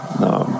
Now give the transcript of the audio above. no